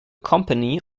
company